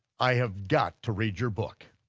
i have got to read your book.